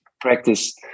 practice